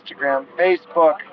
facebook